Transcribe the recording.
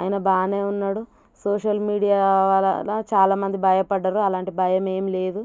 ఆయన బాగానే ఉన్నాడు సోషల్ మీడియా వలన చాలామంది భయపడ్డారు అలాంటి భయమేం లేదు